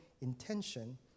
intention